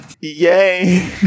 Yay